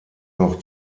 noch